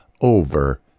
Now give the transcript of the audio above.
over